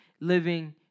living